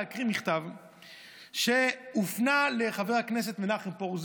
להקריא מכתב שהופנה לחבר הכנסת מנחם פרוש,